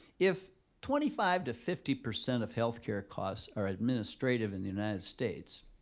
if twenty five to fifty percent of healthcare costs are administrative in the united states,